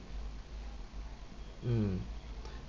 mm